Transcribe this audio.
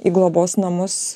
į globos namus